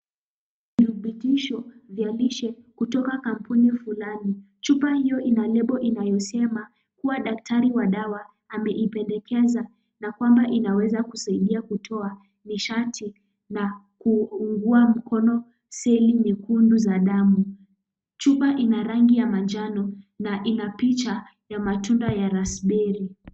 Virutubisho vya lishe kutoka kampuni fulani, chupa hio ina lebo inayosema kuwa daktari wa dawa ameipendekeza na kwamba inaweza kusaidia kutoa nishati na kuungua mkono seli nyekundu za damu. Chupa ina rangi za manjano na ina picha ya matunda ya rasberi.